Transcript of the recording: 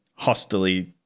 hostily